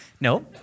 No